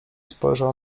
spojrzał